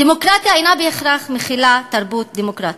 דמוקרטיה איננה מכילה בהכרח תרבות דמוקרטית.